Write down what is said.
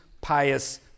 pious